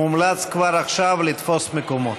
ממומלץ כבר עכשיו לתפוס מקומות.